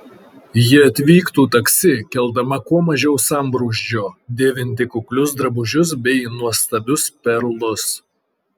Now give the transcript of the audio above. ji atvyktų taksi keldama kuo mažiau sambrūzdžio dėvinti kuklius drabužius bei nuostabius perlus